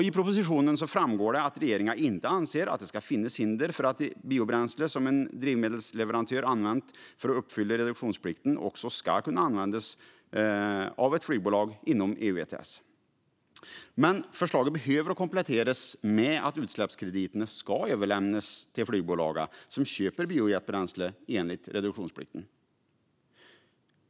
I propositionen framgår att regeringen inte anser att det ska finnas hinder för att biojetbränsle som en drivmedelsleverantör använt för att uppfylla reduktionsplikten också ska kunna användas av ett flygbolag inom EU ETS. Men förslaget behöver kompletteras med att utsläppskrediterna ska överlämnas till de flygbolag som köper biojetbränslet enligt reduktionsplikten.